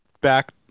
back